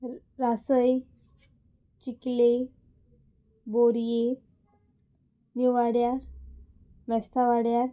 रासय चिकले बोरये निववाड्यार मेस्ता वाड्यार